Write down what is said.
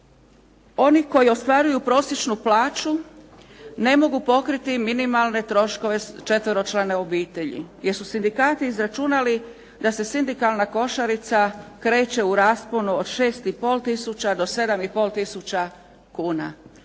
Oni koji ostvaruju prosječnu plaću ne mogu pokriti minimalne troškove četveročlane obitelji jer su sindikati izračunali da se sindikalna košarica kreće u rasponu od 6,5 tisuća do 7,5 tisuća kuna.